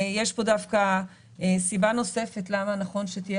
יש פה דווקא סיבה נוספת למה נכון שתהיה